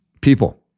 people